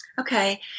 Okay